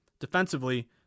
defensively